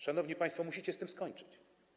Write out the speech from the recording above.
Szanowni państwo, musicie z tym skończyć.